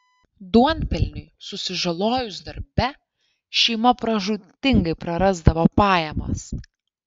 duonpelniui susižalojus darbe šeima pražūtingai prarasdavo pajamas